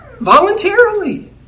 voluntarily